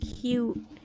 cute